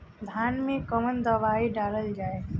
धान मे कवन दवाई डालल जाए?